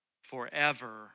Forever